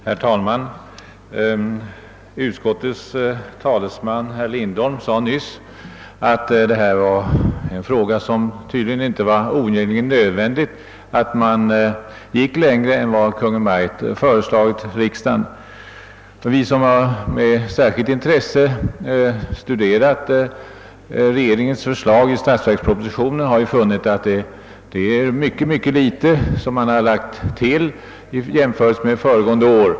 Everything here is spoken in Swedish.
Herr talman! Utskottets talesman, herr Lindholm, sade nyss att det i denna fråga inte var oundgängligen nödvändigt att gå längre än vad Kungl. Maj:t föreslagit riksdagen. Vi som med särskilt intresse har studerat regeringens förslag i statsverkspropositionen har funnit att mycket litet har lagts till i jämförelse med föregående år.